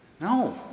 No